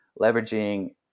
leveraging